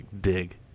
dig